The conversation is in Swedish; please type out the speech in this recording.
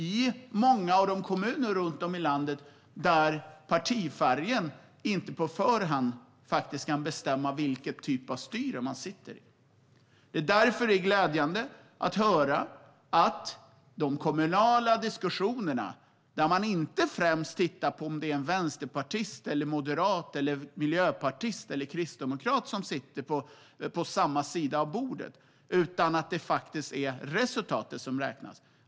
I många av kommunerna runt om i landet kan dessutom partifärgen inte på förhand bestämma vilken typ av styre man har. Därför är det glädjande att höra att de kommunala diskussionerna har hittat till den här kammaren, det vill säga att man inte främst tittar på om det är en vänsterpartist, moderat, miljöpartist eller kristdemokrat som sitter på samma sida av bordet utan att det är resultatet som räknas.